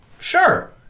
sure